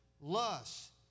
lust